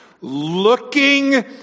Looking